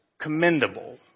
commendable